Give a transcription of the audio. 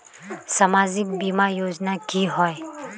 सामाजिक बीमा योजना की होय?